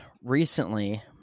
Recently